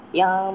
yang